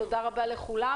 תודה רבה לכולם.